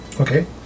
Okay